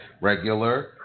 regular